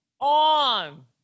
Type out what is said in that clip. on